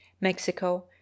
Mexico